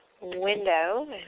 window